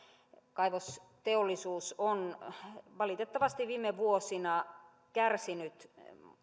kaivosteollisuus on valitettavasti viime vuosina kärsinyt